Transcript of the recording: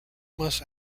must